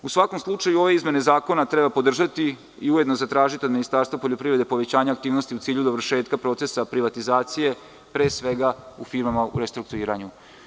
U svakom slučaju ove izmene zakona treba podržati i ujedno zatražiti od Ministarstva poljoprivrede povećanje aktivnosti u cilju dovršetka procesa privatizacije, pre svega u firmama u restrukturiranju.